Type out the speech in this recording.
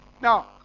now